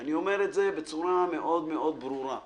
אני אומר את זה בצורה מאוד מאוד ברורה.